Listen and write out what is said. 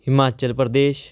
Himachal Pradesh